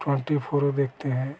twenty four देखते हैं